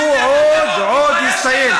שהוא עוד, עוד יסתיים.